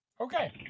Okay